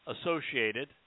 associated